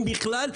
אם בכלל,